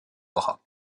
bras